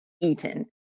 eaten